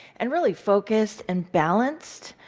and really focused and balanced,